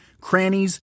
crannies